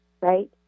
right